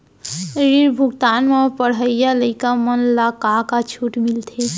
ऋण भुगतान म पढ़इया लइका मन ला का का छूट मिलथे?